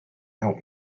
help